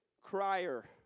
crier